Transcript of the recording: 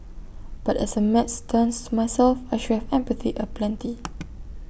but as A maths dunce myself I should have empathy aplenty